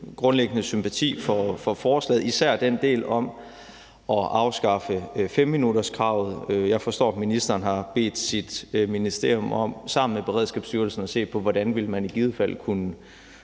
grundlæggende også sympati for forslaget, især den del, der handler om at afskaffe 5 minutters kravet. Jeg forstår, at ministeren har bedt sit ministerium om sammen med Beredskabsstyrelsen at se på, hvordan man i givet fald ville kunne